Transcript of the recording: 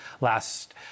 last